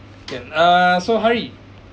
can uh so hari